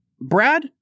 Brad